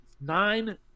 Nine